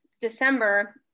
December